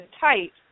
tight